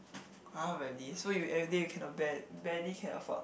[huh] really so you everyday you can not bared barely can afford